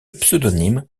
pseudonyme